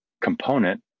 component